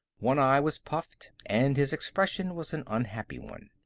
one eye was puffed, and his expression was an unhappy one.